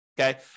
Okay